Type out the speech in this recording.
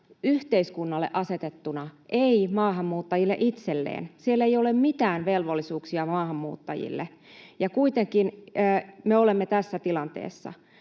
yhteiskunnalle asetettuna, ei maahanmuuttajille itselleen. Siellä ei ole mitään velvollisuuksia maahanmuuttajille, ja kuitenkin me olemme tässä tilanteessa.